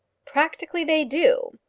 practically they do.